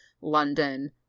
london